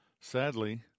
sadly